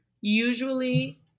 usually